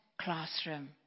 classroom